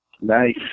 Nice